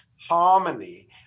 harmony